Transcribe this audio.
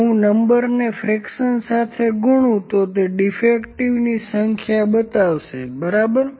જો હું નંબર ને ફ્રેક્શન સાથે ગુણુ તો તે ડીફેક્ટીવની સંખ્યા બતાવશે બરાબર